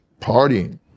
partying